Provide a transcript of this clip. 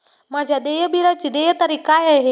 माझ्या देय बिलाची देय तारीख काय आहे?